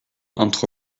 entre